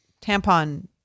Tampon